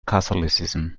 catholicism